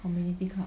community club